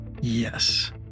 Yes